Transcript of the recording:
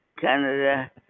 Canada